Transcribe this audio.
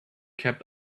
kept